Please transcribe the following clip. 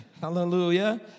hallelujah